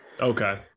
Okay